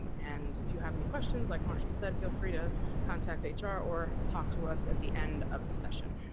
um and, if you have any questions, like marshall said, feel free to contact ah hr or talk to us at the end of the session.